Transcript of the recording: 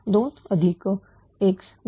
x2 x2